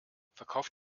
verkauft